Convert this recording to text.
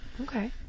Okay